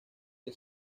que